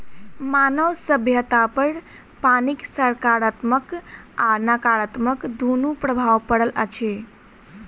मानव सभ्यतापर पानिक साकारात्मक आ नाकारात्मक दुनू प्रभाव पड़ल अछि